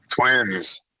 Twins